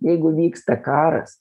jeigu vyksta karas